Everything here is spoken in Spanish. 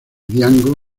django